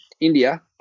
India